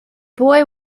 boy